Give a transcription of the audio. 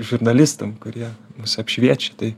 žurnalistam kurie mus apšviečia tai